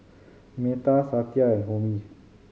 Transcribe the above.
Medha Satya and Homi